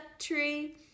tree